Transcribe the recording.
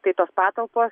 tai tos patalpos